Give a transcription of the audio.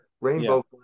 rainbow